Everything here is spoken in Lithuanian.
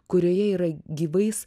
kurioje yra gyvais